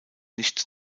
nicht